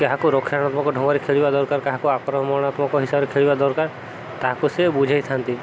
କାହାକୁ ରକ୍ଷଣାତ୍ମକ ଡଙ୍ଗରେ ଖେଳିବା ଦରକାର କାହାକୁ ଆକ୍ରମଣାତ୍ମକ ହିସାବରେ ଖେଳିବା ଦରକାର ତାହାକୁ ସେ ବୁଝେଇଥାନ୍ତି